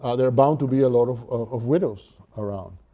ah there are bound to be a lot of of widows around,